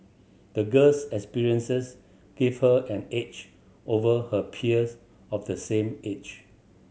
the girl's experiences gave her an edge over her peers of the same age